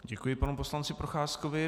Děkuji panu poslanci Procházkovi.